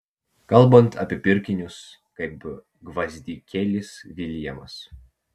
kalbant apie pirkinius kaip gvazdikėlis viljamas